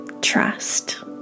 trust